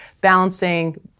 balancing